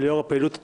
לאור הפעילות הטובה.